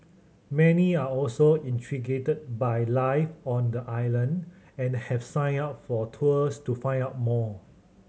many are also intrigued by life on the island and have signed up for tours to find out more